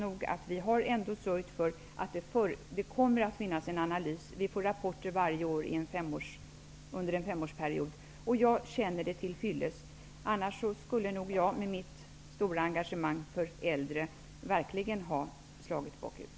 Vi har ändå sörjt för att det skall komma fram en analys. Vi skall få rapporter varje år under en femårsperiod. Jag känner att detta kommer att vara tillfyllest. Annars skulle jag med mitt stora engagemang för de äldre verkligen har slagit bakut.